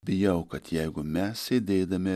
bijau kad jeigu mes sėdėdami